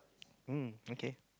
um okay